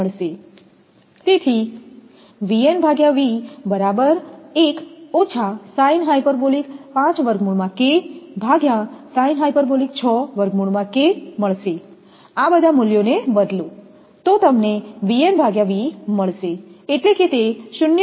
તેથી આ બધા મૂલ્યોને બદલો તો તમને V મળશે એટલે કે તે 0